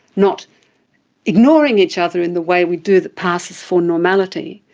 not ignoring each other in the way we do that passes for normality,